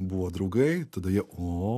buvo draugai tada jie o